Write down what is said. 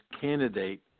candidate